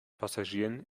passagieren